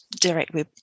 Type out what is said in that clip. directly